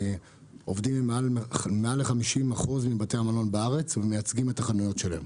עובדים עם מעל מ-50% מבתי המלון בארץ ומייצגים את החנויות שלהם.